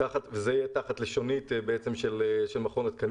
וזה יהיה תחת לשונית של מכון התקנים.